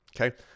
Okay